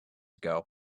ago